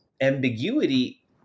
ambiguity